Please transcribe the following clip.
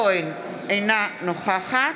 בתקופה שלאנשים אין מה לאכול,